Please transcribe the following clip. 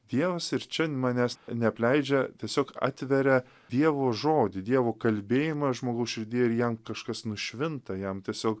dievas ir čia manęs neapleidžia tiesiog atveria dievo žodį dievo kalbėjimą žmogaus širdyje ir jam kažkas nušvinta jam tiesiog